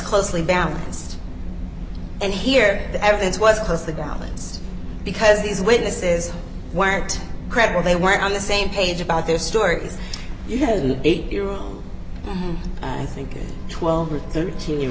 closely balanced and here the evidence was across the balance because these witnesses weren't credible they weren't on the same page about their stories you have an eight year old i think twelve or thirteen year